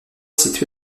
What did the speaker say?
situé